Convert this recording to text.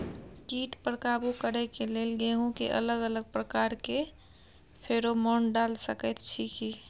कीट पर काबू करे के लेल गेहूं के अलग अलग प्रकार के फेरोमोन डाल सकेत छी की?